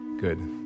good